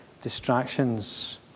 distractions